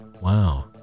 Wow